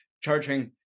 charging